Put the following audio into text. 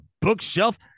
bookshelf